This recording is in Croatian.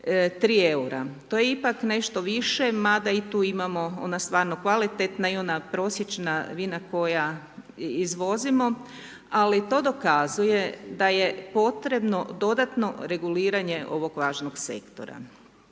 3 eura, to je ipak nešto više, mada i tu imamo ona stvarno kvalitetna i ona prosječna vina koja izvozimo, ali to dokazuje da je potrebno dodatno reguliranje ovog važnog sektora.